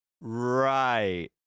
Right